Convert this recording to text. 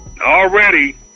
Already